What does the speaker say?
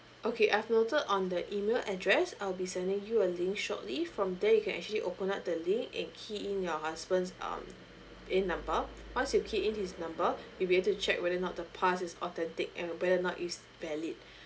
okay I've noted on the email address I'll be sending you a link shortly from there you can actually open up the link and key in your husband's um PIN number once you key in his number we'll be able to check whether or not the pass is authentic and whether or not is valid